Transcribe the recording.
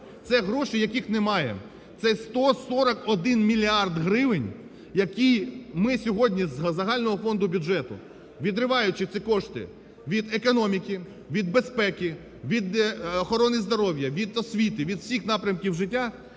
це гроші, яких немає, це 141 мільярд гривень, які ми сьогодні із загального фонду бюджету, відриваючи ці кошти від економіки, від безпеки, від охорони здоров'я, від освіти, від усіх напрямків життя